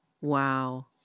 Wow